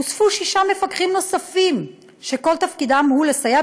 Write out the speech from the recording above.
הוספו שישה מפקחים שכל תפקידם הוא לסייע